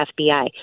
FBI